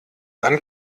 dann